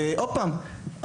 עוד פעם,